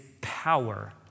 power